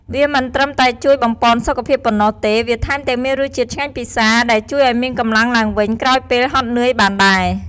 វាមិនត្រឹមតែជួយបំប៉នសុខភាពប៉ុណ្ណោះទេ វាថែមទាំងមានរសជាតិឆ្ងាញ់ពិសា ដែលជួយឱ្យមានកម្លាំងឡើងវិញក្រោយពេលហត់នឿយបានដែរ។